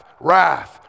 wrath